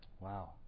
Wow